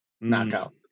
knockout